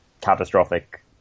catastrophic